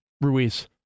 Ruiz